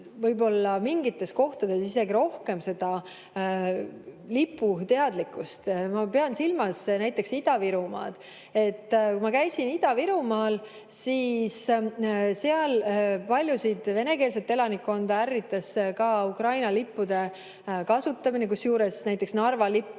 võib-olla mingites kohtades isegi rohkem liputeadlikkust. Ma pean silmas näiteks Ida-Virumaad. Kui ma käisin Ida-Virumaal, siis seal paljusid, just venekeelset elanikkonda ärritas ka Ukraina lippude kasutamine, kusjuures Narva lipp